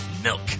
milk